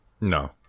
No